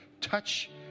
touch